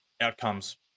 outcomes